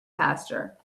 pasture